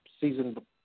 season